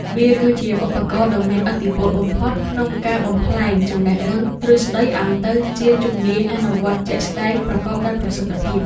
វាគឺជាឧបករណ៍ដ៏មានឥទ្ធិពលបំផុតក្នុងការបំប្លែងចំណេះដឹងទ្រឹស្ដីឱ្យទៅជាជំនាញអនុវត្តជាក់ស្ដែងប្រកបដោយប្រសិទ្ធភាព។